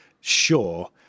Sure